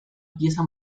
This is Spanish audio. pieza